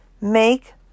Make